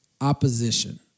opposition